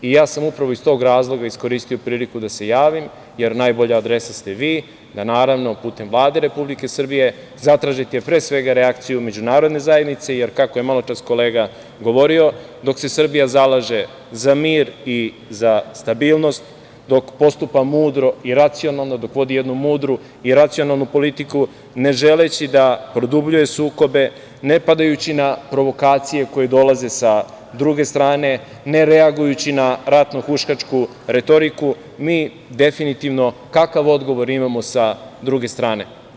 Ja sam upravo iz tog razloga iskoristio priliku da se javim, jer najbolja adresa ste vi, da naravno , putem Vlade Republike Srbije, zatražite pre svega, reakciju Međunarodne zajednice, jer kako je maločas kolega govorio, dok se Srbija zalaže za mir i za stabilnost, dok postupa mudro i racionalno, dok vodi jednu mudru i racionalnu politiku, ne želeći da produbljuje sukobe, ne padajući na provokacije koje dolaze sa druge strane, ne reagujući na ratno huškačku retoriku, mi definitivno kakav odgovor imamo sa druge strane.